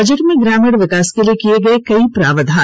budget में ग्रामीण विकास के लिए किये गये कई प्रावधान